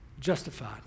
Justified